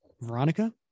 Veronica